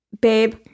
babe